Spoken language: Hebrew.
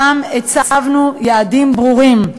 שם הצבנו יעדים ברורים,